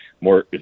more